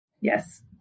Yes